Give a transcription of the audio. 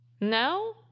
No